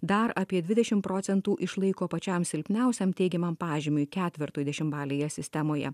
dar apie dvidešimt procentų išlaiko pačiam silpniausiam teigiamam pažymiui ketvertui dešimtbalėje sistemoje